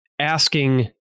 asking